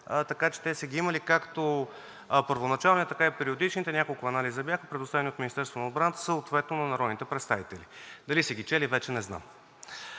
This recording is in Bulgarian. така че те са ги имали, както първоначалния, така и периодичните – няколко анализа бяха, предоставени от Министерството на отбраната съответно на народните представители. Дали са ги чели, вече не знам.